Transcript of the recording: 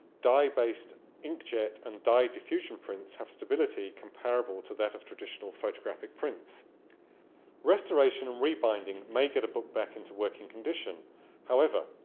dye-based inkjet and dye diffusion prints have stability comparable to that of traditional photographic prints restoration and rebinding may get a book back into working condition however,